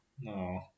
No